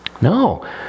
No